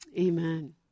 Amen